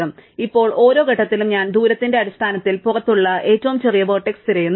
അതിനാൽ ഇപ്പോൾ ഓരോ ഘട്ടത്തിലും ഞാൻ ദൂരത്തിന്റെ അടിസ്ഥാനത്തിൽ പുറത്തുള്ള ഏറ്റവും ചെറിയ വെർട്ടെക്സ് തിരയുന്നു